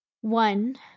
One